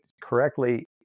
correctly